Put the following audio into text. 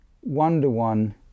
one-to-one